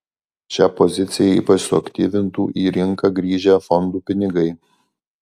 šią poziciją ypač suaktyvintų į rinką grįžę fondų pinigai